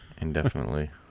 Indefinitely